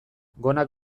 gonak